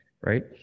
Right